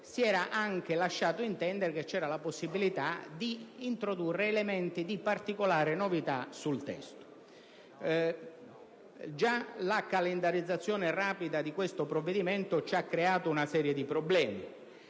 si era anche lasciato intendere che c'era la possibilità di introdurre elementi di particolare novità sul testo. Già la calendarizzazione rapida di questo provvedimento ci ha creato una serie di problemi.